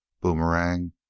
Boomerang